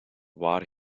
waar